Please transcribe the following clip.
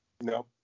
No